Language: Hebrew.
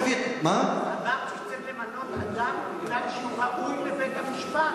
אמרתי שצריך למנות אדם מפני שהוא ראוי לבית-המשפט.